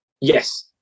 Yes